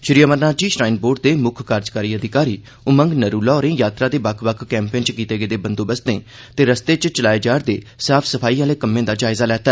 Shri Amarnathji shrine board दे मुक्ख कार्यकारी अधिकारी उमंग नरूला होरें यात्रा दे बक्ख बक्ख कैंपें च कीते गेदे बंदोबस्तें ते रस्ते च चलाए जा रदे साफ सफाई आहले कम्में दा जायजा लैता